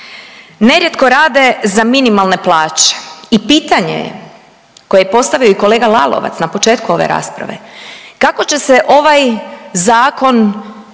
Nerijetko rade za minimalne plaće i pitanje je koje je postavio i kolega Lalovac na početku ove rasprave, kako će se ovaj zakon